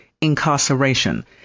incarceration